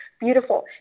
beautiful